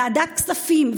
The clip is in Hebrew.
ועדת כספים,